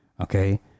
okay